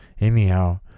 Anyhow